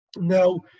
Now